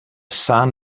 sun